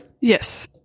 Yes